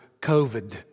COVID